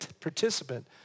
participant